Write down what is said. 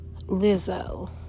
Lizzo